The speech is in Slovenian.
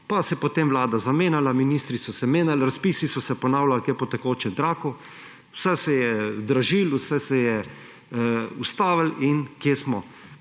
pa se je potem vlada zamenjala, ministri so se menjali, razpisi so se ponavljali kot po tekočem traku, vse se je dražilo, vse se je ustavilo – in kje smo?